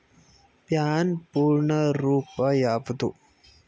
PAN ಪೂರ್ಣ ರೂಪ ಯಾವುದು?